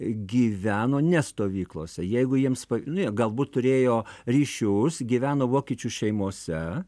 gyveno ne stovyklose jeigu jiems pa nu jie galbūt turėjo ryšius gyveno vokiečių šeimose